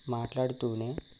మాట్లాడుతూనే